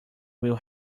will